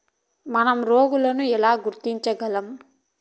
మనం రోగాలను ఎలా గుర్తించగలం?